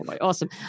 Awesome